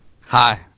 Hi